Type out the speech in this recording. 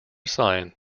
sign